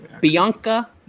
bianca